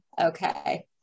Okay